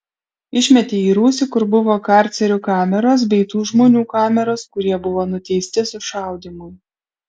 išmetė į rūsį kur buvo karcerių kameros bei tų žmonių kameros kurie buvo nuteisti sušaudymui